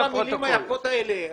כל המילים היפות האלה.